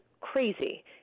crazy